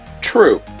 True